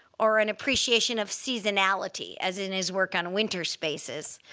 or an appreciation of seasonality, as in his work on winter spaces.